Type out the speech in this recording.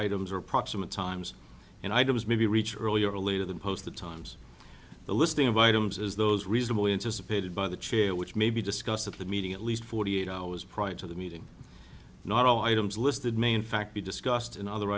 items or approximate times and i did was maybe reach earlier or later than post the times the listing of items is those reasonable interest paid by the chair which may be discussed at the meeting at least forty eight hours prior to the meeting not zero items listed may in fact be discussed and other